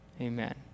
Amen